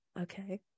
okay